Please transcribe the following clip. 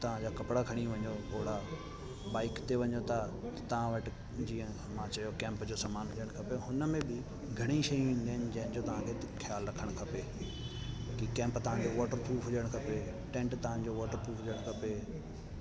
हुतां जा कपिड़ा खणी वञो होणा बाइक ते वञो था त तव्हां वटि जीअं मां चयो कैम्प जो सामान हुजणु खपे हुनमें बि घणेई शयूं ईंदियूं आहिनि जंहिंजो तव्हांखे ख़्यालु रखणु खपे की कैम्प तव्हांखे वाटरप्रूफ हुजणु खपे टैंट तव्हांजो वाटरप्रूफ हुजणु खपे